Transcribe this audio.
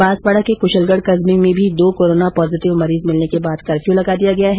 बांसवाडा के क्शलगढ कस्बे में भी दो कोरोना पॉजिटिव मरीज मिलने के बाद कर्फ्यू लगा दिया गया है